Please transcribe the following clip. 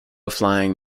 flying